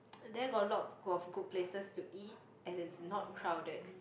there got a lot of of good places to eat and it's not crowded